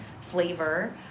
flavor